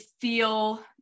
feel